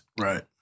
Right